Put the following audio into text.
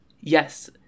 Yes